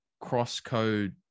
cross-code